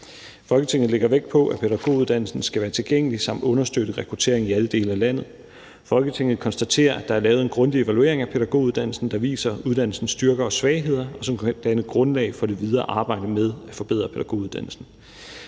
Folketinget lægger vægt på, at pædagoguddannelsen skal være tilgængelig og understøtte rekruttering i alle dele af landet. Folketinget konstaterer, at der er lavet en grundig evaluering af pædagoguddannelsen, der viser uddannelsens styrker og svagheder, og som kan danne grundlag for det videre arbejde med at forbedre pædagoguddannelsen.